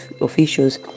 officials